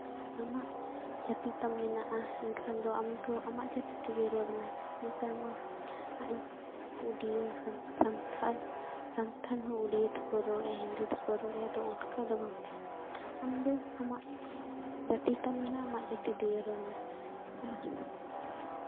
ᱡᱟᱹᱛᱤ ᱛᱟᱢ ᱢᱮᱱᱟᱼᱟ ᱮᱱᱠᱷᱟᱱ ᱫᱚ ᱟᱢᱟᱜ ᱡᱟᱹᱛᱤ ᱛᱮᱜᱮ ᱨᱚᱲ ᱢᱮ ᱱᱮᱛᱟᱨ ᱢᱟ ᱩᱰᱤᱭᱟᱹ ᱥᱟᱱᱛᱟᱲ ᱥᱟᱱᱛᱟᱲ ᱦᱚᱸ ᱩᱰᱤᱭᱟᱹ ᱛᱮᱠᱚ ᱨᱚᱲᱮᱜᱼᱟ ᱦᱤᱱᱫᱤ ᱛᱮᱠᱚ ᱨᱚᱲᱮᱫᱼᱟ ᱟᱫᱚ ᱚᱱᱠᱟ ᱫᱚ ᱵᱟᱝᱜᱮ ᱟᱢᱫᱚ ᱟᱢᱟᱜ ᱡᱟᱹᱛᱤ ᱛᱟᱢ ᱢᱮᱱᱟᱜᱼᱟ ᱟᱢᱟᱜ ᱡᱟᱹᱛᱤ ᱛᱮᱜᱮ ᱨᱚᱲ ᱢᱮ ᱟᱨ